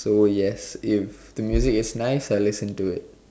so yes if the music is nice I listen to it